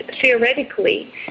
theoretically